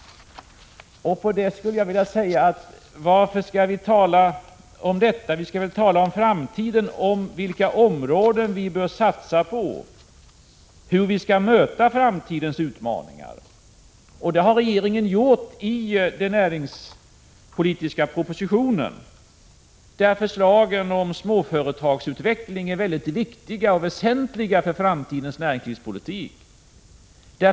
Då skulle jag vilja säga: Varför skall vi tala om detta? Vi skall väl tala om framtiden och om vilka områden vi bör satsa på — hur vi skall möta framtidens utmaningar. Det har regeringen gjort i den näringspolitiska propositionen, där förslagen om småföretagsutveckling är mycket väsentliga för framtidens näringslivspolitik.